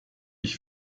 ich